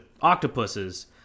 octopuses